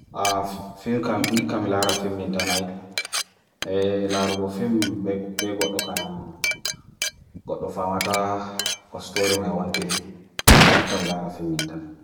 Nika mila hara finn mintan nai, la rogo finn begot nukana, got dhof amata ko story mai wanthiri, nika mila hara finn mintan.